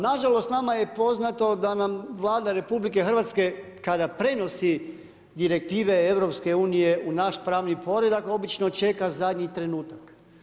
Nažalost nama je poznato da nam Vlada RH kada prenosi direktive EU-a u naš pravni poredak, obično čeka zadnji trenutak.